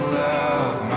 love